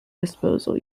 disposal